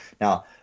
Now